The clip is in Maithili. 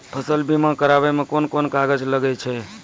फसल बीमा कराबै मे कौन कोन कागज लागै छै?